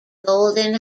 golden